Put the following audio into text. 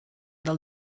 del